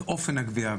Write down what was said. את אופן הגבייה,